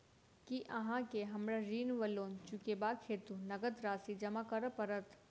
की अहाँ केँ हमरा ऋण वा लोन चुकेबाक हेतु नगद राशि जमा करऽ पड़त?